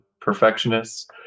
perfectionists